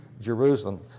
Jerusalem